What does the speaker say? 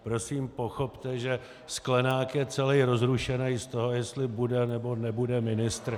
Prosím, pochopte, že Sklenák je celej rozrušenej z toho, jestli bude, nebo nebude ministr.